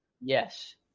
yes